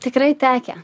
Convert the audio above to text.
tikrai tekę